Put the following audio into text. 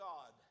God